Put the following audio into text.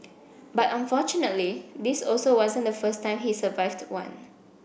but fortunately this also wasn't the first time he survived one